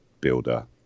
builder